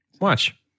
Watch